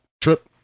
trip